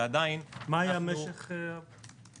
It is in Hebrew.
ועדיין --- מה היה משך הזמן?